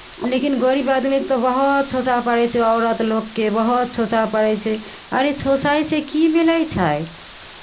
लेकिन गरीब आदमीक तऽ बहुत सोचय पड़ै छै औरत लोककेँ बहुत सोचय पड़ै छै अरे सोचयसँ की मिलै छै